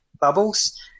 bubbles